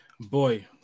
Boy